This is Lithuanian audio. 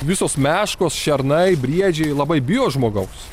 visos meškos šernai briedžiai labai bijo žmogaus